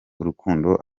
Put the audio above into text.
urukundo